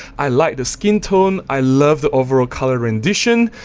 i like the skin tone, i love the overall color rendition.